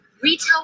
Retail